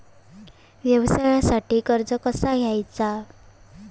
व्यवसायासाठी कर्ज कसा घ्यायचा?